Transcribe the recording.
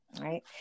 right